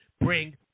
bring